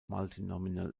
multinomial